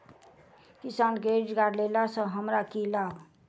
किसान credit card लेला सऽ हमरा की लाभ?